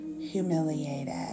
humiliated